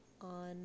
On